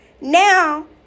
Now